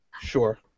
Sure